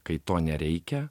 kai to nereikia